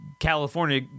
California